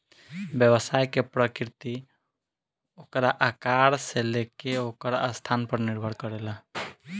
व्यवसाय के प्रकृति ओकरा आकार से लेके ओकर स्थान पर निर्भर करेला